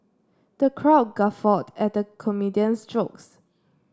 the crowd guffawed at the comedian's jokes